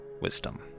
wisdom